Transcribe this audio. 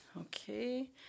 okay